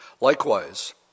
Likewise